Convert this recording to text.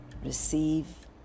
Receive